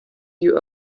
you